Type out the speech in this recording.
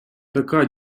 така